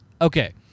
Okay